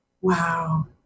Wow